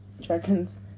dragons